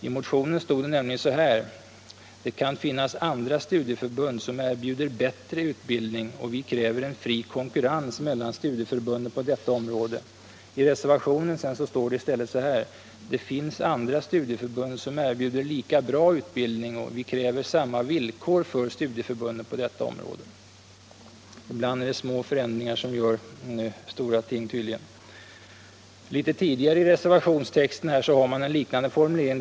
I motionen stod det nämligen: ”Det kan finnas andra studieförbund som erbjuder bättre utbildning, och vi kräver en fri konkurrens mellan studieförbunden på detta område.” I reservationen heter det i stället så här: ”Det finns andra studieförbund som erbjuder lika bra utbildning, och vi kräver samma villkor för studieförbunden på detta område.” Ibland åstadkommer tydligen små förändringar stora ting. Litet tidigare i reservationstexten finns en liknande formulering.